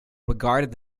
regarded